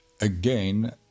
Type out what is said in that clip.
again